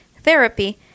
therapy